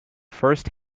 first